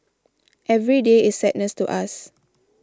every day is sadness to us